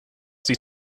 sie